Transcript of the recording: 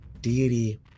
deity